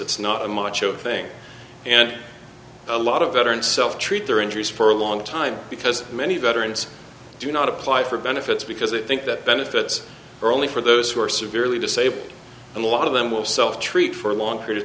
it's not a macho thing and a lot of veterans self treat their injuries for a long time because many veterans do not apply for benefits because it think that benefits are only for those who are severely disabled and a lot of them will self treat for a long period of